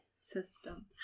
system